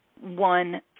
one